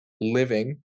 living